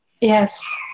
Yes